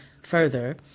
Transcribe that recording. further